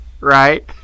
right